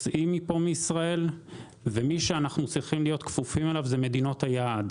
מי שאנחנו צריכים להיות כפופים אליו אלו מדינות היעד.